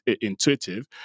intuitive